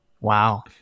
Wow